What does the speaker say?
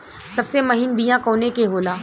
सबसे महीन बिया कवने के होला?